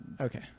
Okay